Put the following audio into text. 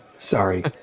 Sorry